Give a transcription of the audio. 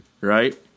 right